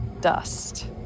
dust